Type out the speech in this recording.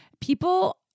people